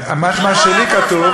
מה שלי כתוב,